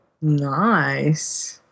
Nice